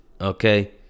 okay